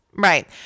Right